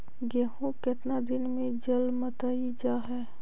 गेहूं केतना दिन में जलमतइ जा है?